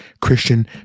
Christian